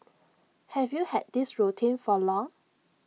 have you had this routine for long